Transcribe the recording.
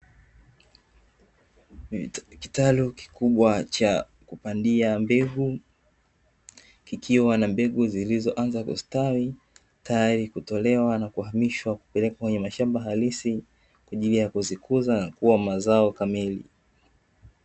Kitalu kikubwa cha kupandia mbegu kikiwa na mbegu zilizoanza kustawi, tayari kutolewa na kuhamishwa kupelekwa kwenye mashamba halisi kwa ajili ya kuzikuza na kuwa mazao kamili.